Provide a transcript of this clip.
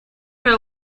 her